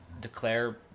declare